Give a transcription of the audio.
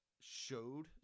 showed